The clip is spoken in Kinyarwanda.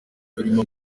birimo